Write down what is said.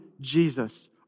Jesus